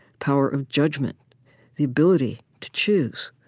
power of judgment the ability to choose.